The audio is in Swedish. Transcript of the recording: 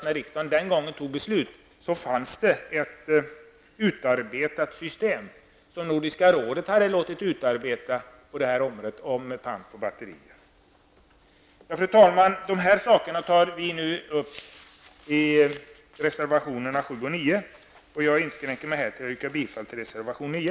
När riksdagen den gången fattade beslut, så fanns det ett system som Nordiska rådet hade låtit utarbeta i fråga om pant på batterier. Fru talman! Dessa saker tar vi nu upp i reservationerna 7 och 9. Jag inskränker mig här till att yrka bifall till reservation 9.